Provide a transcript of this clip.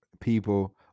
people